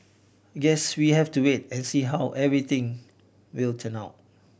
guess we'll have to wait and see how everything will turn out